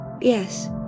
Yes